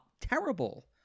terrible